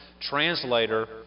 translator